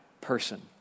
person